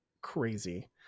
crazy